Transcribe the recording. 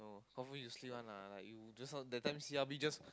confirm you sleep one lah like you just now that time C_R_B just